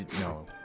no